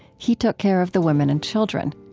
he took care of the women and children.